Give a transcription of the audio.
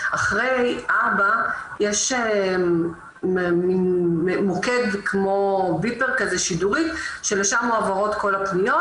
אחרי ארבע יש מוקד כמו ביפר כזה שידורי שלשם מועברות כל הפניות